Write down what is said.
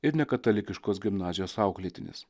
ir ne katalikiškos gimnazijos auklėtinis